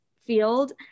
field